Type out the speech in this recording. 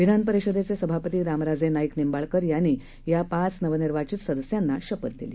विधानपरिषदेचे सभापती रामराजे नाईक निंबाळकर यांनी या पाच नवनिर्वाचित सदस्यांना शपथ दिली